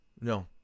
no